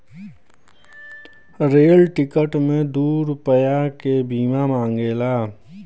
rail ticket मे दू रुपैया के बीमा मांगेला